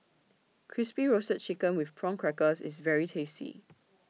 Crispy Roasted Chicken with Prawn Crackers IS very tasty